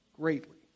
greatly